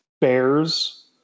Bears